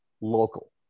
local